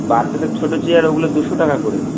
বাচ্চাদের ছোটো চেয়ার ওগুলো দুশো টাকা করে